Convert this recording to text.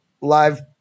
live